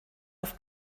auf